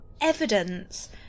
evidence